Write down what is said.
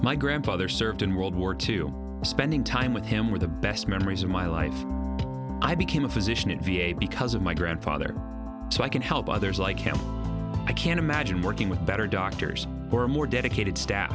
my grandfather served in world war two spending time with him with the best memories of my life i became a physician in v a because of my grandfather so i can help others like him i can't imagine working with better doctors or more dedicated staff